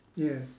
yes